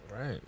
Right